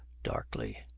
darkly,